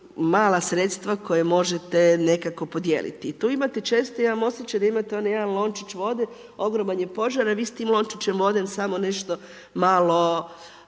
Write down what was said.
mala sredstva koja možete nekako podijeliti. I tu imate često, ja imam osjećaj da imate onaj jedan lončić vode, ogroman je požar a vi s tim lončićem vode samo nešto malo